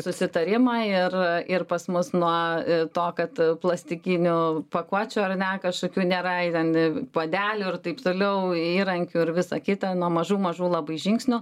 susitarimą ir ir pas mus nuo to kad plastikinių pakuočių ar ne kažkokių nėra ir ten puodelių ir taip toliau įrankių ir visa kita nuo mažų mažų labai žingsnių